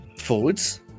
forwards